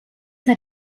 hat